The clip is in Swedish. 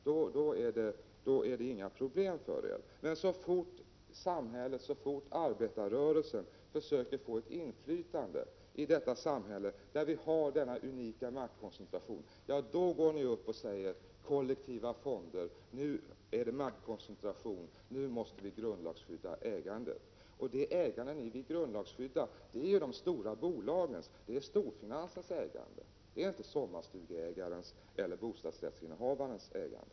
Så länge fonderna är privatägda är det inga problem för er, men så fort arbetarrörelsen försöker få ett inflytande i detta samhälle, där vi har denna unika maktkoncentration, då går ni upp och säger att detta är kollektiva fonder, det är maktkoncentration och nu måste vi grundlagsskydda ägandet. Det ägande ni vill grundlagsskydda är de stora bolagens ägande, det är storfinansens ägande. Det är inte sommarstugeägarens eller bostadsrättsinnehavarens ägande.